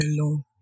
alone